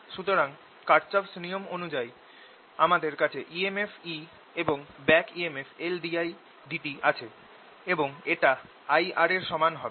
সুতরাং কার্চফস নিয়ম Kirchhoffs rule অনুযায়ী আমাদের কাছে EMF E এবং BACK EMF LdIdt আছে এবং এটা IR এর সমান হবে